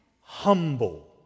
humble